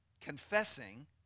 confessing